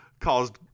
caused